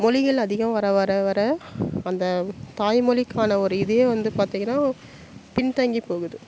மொழிகள் அதிகம் வர வர வர அந்த தாய்மொழிக்கான ஒரு இதே வந்து பார்த்திங்கனா பின்தங்கி போகுது